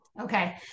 Okay